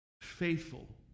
faithful